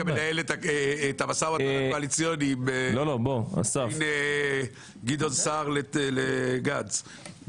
מנהל את המשא ומתן הקואליציוני בין גדעון סער לגנץ.